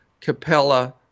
Capella